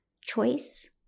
choice